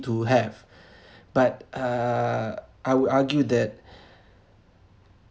to have but uh I would argue that